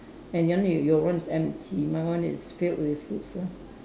and your name your one is empty my one is filled with fruits ah